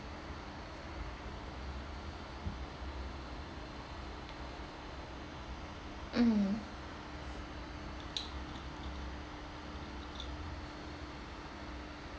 mm